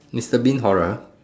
mister Bean horror